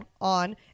on